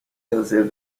herself